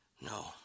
no